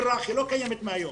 היא לא קיימת מהיום.